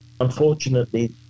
Unfortunately